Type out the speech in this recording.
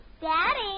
Daddy